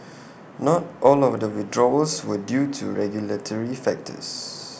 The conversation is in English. not all of the withdrawals were due to regulatory factors